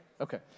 Okay